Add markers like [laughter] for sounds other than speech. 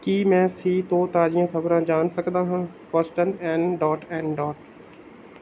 ਕੀ ਮੈਂ ਸੀ ਤੋਂ ਤਾਜ਼ੀਆਂ ਖ਼ਬਰਾਂ ਜਾਣ ਸਕਦਾ ਹਾਂ [unintelligible]